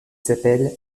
s’appelle